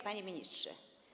Panie Ministrze!